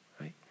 Right